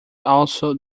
also